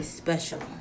special